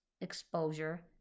exposure